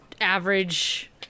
average